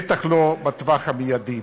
בטח לא בטווח המיידי,